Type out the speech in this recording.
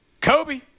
Kobe